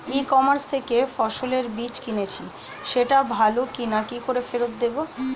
ই commerce থেকে ফসলের বীজ কিনেছি সেটা ভালো না কি করে ফেরত দেব?